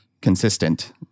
consistent